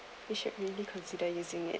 you should really consider using it